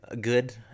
good